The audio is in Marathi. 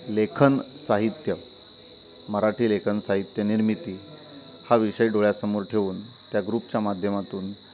लेखन साहित्य मराठी लेखन साहित्य निर्मिती हा विषय डोळ्यासमोर ठेवून त्या ग्रुपच्या माध्यमातून